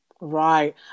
Right